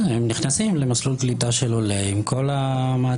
הם נכנסים למסלול קליטה של עולה עם כל המעטפת.